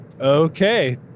Okay